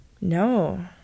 No